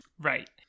Right